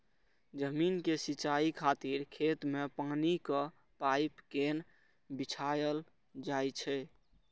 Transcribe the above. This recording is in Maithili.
जमीन के सिंचाइ खातिर खेत मे पानिक पाइप कें बिछायल जाइ छै